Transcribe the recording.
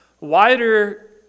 wider